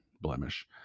blemish